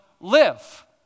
live